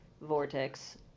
vortex